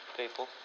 people